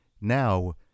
now